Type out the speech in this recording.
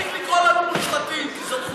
תפסיק לקרוא לנו "מושחתים", כי זאת חוצפה.